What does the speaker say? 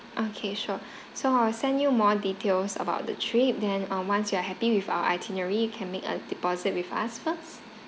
okay sure so I'll send you more details about the trip then um once you are happy with our itinerary you can make a deposit with us first